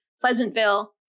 pleasantville